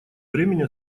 времени